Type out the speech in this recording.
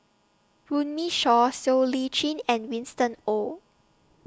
Runme Shaw Siow Lee Chin and Winston Oh